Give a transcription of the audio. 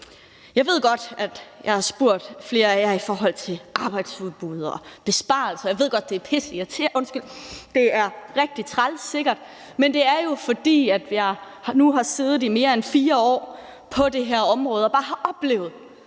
Jeg ved godt, at jeg har spurgt flere af jer i forhold til arbejdsudbud og besparelser, og jeg ved godt, at det sikkert er rigtig træls, men det er jo, fordi jeg nu har siddet i mere end 4 år på det her område og bare har oplevet,